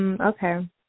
Okay